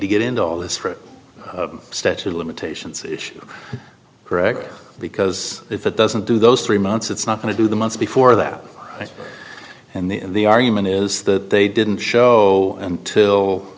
to get into all this statute of limitations issue correct because if it doesn't do those three months it's not going to do the months before that and the argument is that they didn't show until